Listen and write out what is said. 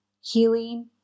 healing